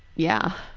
yeah.